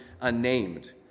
unnamed